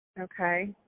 Okay